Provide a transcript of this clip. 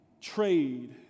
trade